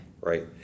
Right